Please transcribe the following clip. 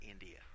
India